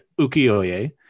ukiyoe